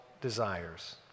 desires